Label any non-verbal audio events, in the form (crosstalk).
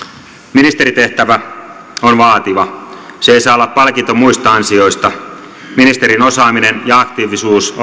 ministerin tehtävä on vaativa se ei saa olla palkinto muista ansioista ministerin osaaminen ja aktiivisuus (unintelligible)